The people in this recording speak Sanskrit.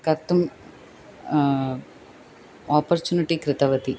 कर्तुम् ओपर्चुनिटि कृतवती